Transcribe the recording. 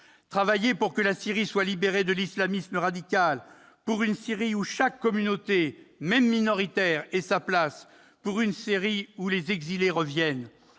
travaillez pour que la Syrie soit libérée de l'islamisme radical ; pour une Syrie où toutes les communautés, même les plus minoritaires, aient leur place ; pour une Syrie où les exilés reviennent.